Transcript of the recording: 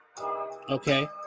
Okay